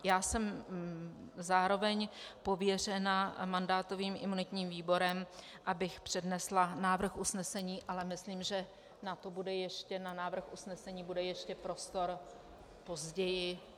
Já jsem zároveň pověřena mandátovým a imunitním výborem, abych přednesla návrh usnesení, ale myslím si, že na návrh usnesení bude ještě prostor později.